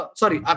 sorry